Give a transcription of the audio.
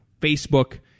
Facebook